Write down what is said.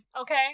okay